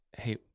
hey